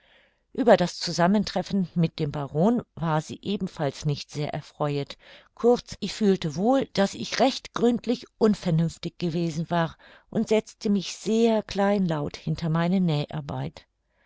ueber das zusammentreffen mit dem baron war sie ebenfalls nicht sehr erfreuet kurz ich fühlte wohl daß ich recht gründlich unvernünftig gewesen war und setzte mich sehr kleinlaut hinter meine näharbeit